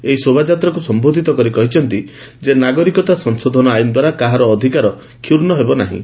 ଏହି ଶୋଭାଯାତ୍ରାକୁ ସମ୍ଘୋଧିତ କରି କହିଛନ୍ତି ଯେ ନାଗରିକତା ସଂଶୋଧନ ଆଇନ ଦ୍ୱାରା କାହାର ଅଧିକାର କ୍ଷୂର୍ଣ୍ଣ ହେବ ନାହିଁ